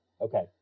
Okay